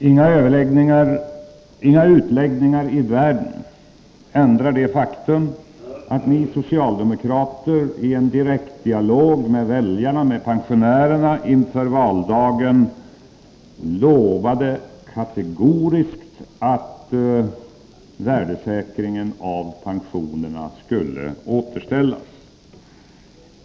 Fru talman! Inga utläggningar i världen ändrar det faktum att socialdemokraterna i en direkt dialog med väljarna inför valdagen kategoriskt lovade att värdesäkringen av pensionerna skulle återställas.